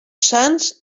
sants